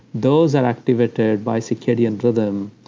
those are activated by circadian rhythm,